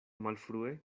malfrue